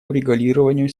урегулированию